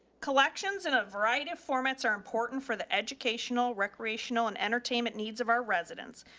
collections in a variety of formats are important for the educational, recreational and entertainment needs of our residents.